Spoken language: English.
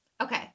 Okay